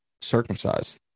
circumcised